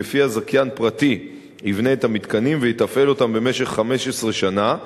שלפיה זכיין פרטי יבנה את המתקנים ויתפעל אותם במשך 15 שנה,